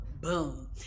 boom